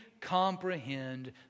comprehend